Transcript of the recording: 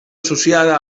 associada